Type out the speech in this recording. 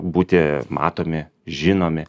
būti matomi žinomi